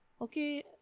Okay